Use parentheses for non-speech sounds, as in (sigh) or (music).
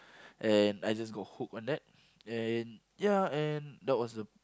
(breath) and I just got hooked on that and ya and that was the